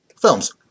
films